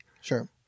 Sure